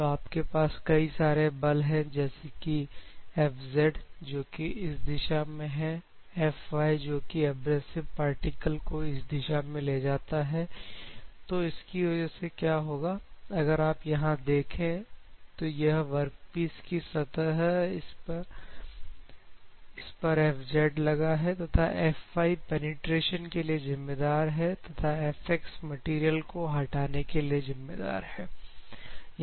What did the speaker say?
तो आपके पास कई सारे बल है जैसे कि Fz जो कि इस दिशा में है Fy जो की एब्रेजिव पार्टिकल को इस दिशा में ले जाता है तो इसकी वजह से क्या होगा अगर आप यहां देखें तो यह वर्कपीस की सतह है और इस पर Fz लगा है तथा Fy पेनिट्रेशन के लिए जिम्मेदार है तथा Fx मटेरियल को हटाने के लिए जिम्मेदार है